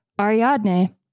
Ariadne